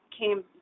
came